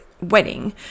wedding